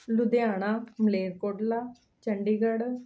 Ludhiana Malerkotla Chandigarh